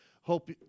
Hope